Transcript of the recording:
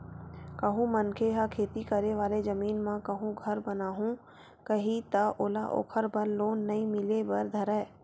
कहूँ मनखे ह खेती करे वाले जमीन म कहूँ घर बनाहूँ कइही ता ओला ओखर बर लोन नइ मिले बर धरय